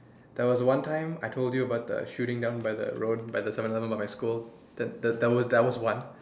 there was one time I told you about the shooting down by the road by the seven eleven by my school that that was that was one